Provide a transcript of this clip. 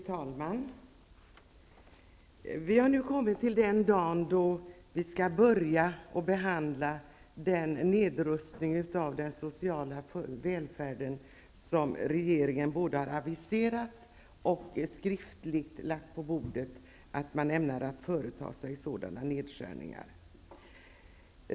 Fru talman! Vi har nu kommit till den dag då vi skall börja behandla den nedrustning av den sociala välfärden som regeringen borde ha aviserat och lagt ett skrivet meddelande på bordet om att man ämnade företa sig.